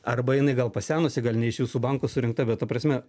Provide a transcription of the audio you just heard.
arba jinai gal pasenusi gal ne iš visų bankų surinkta bet ta prasme